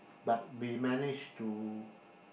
but we managed to